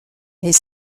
est